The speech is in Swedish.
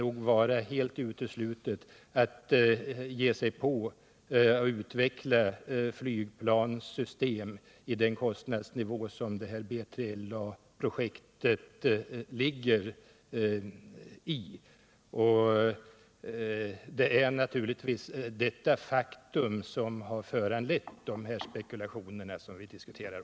Hur har regeringen gått till väga för att få fram tillförlitligt och tillräckligt underlag för beslutet om förpassning av pakistanska medlemmar i Ahmadi-rörelsen?